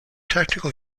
technical